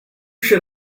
should